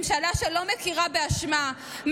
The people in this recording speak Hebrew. ממשלה שלא מכירה באשמה,